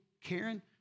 Karen